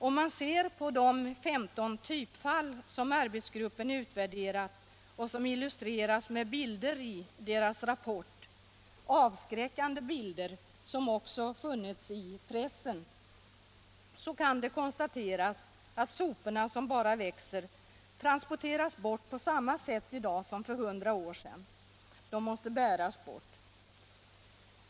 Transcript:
Om man ser på de 15 typfall som arbetsgruppen utvärderat och som illustreras med bilder i rapporten — avskräckande bilder som också funnits i pressen — kan man konstatera att soporna, som bara växer i mängd, transporteras bort på samma sätt i dag som för 100 år sedan. De måste bäras bort.